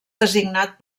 designat